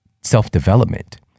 self-development